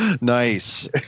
nice